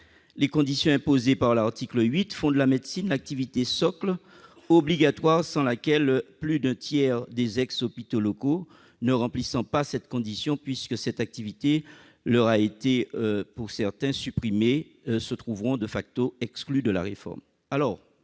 Les conditions imposées par l'article 8 font de la médecine l'activité socle obligatoire, sans laquelle plus d'un tiers des ex-hôpitaux locaux, ceux qui ne remplissent pas cette condition, puisque cette activité leur a été enlevée, se trouveront exclus de la réforme.